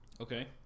Okay